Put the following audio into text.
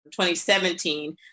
2017